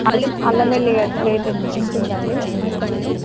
అల్లం అల్లం వెల్లిగడ్డ రేట్ ఎట్ ఎంతుందండి అంతా కూడా